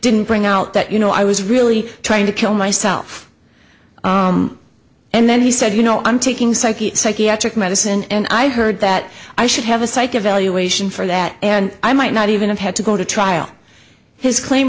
didn't bring out that you know i was really trying to kill myself and then he said you know i'm taking psyche psychiatric medicine and i heard that i should have a psych evaluation for that and i might not even have had to go to trial his claim